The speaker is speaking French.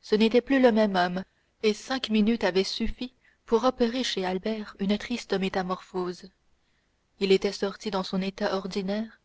ce n'était plus le même homme et cinq minutes avaient suffi pour opérer chez albert une triste métamorphose il était sorti dans son état ordinaire